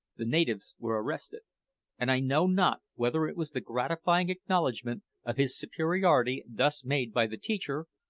the natives were arrested and i know not whether it was the gratifying acknowledgment of his superiority thus made by the teacher,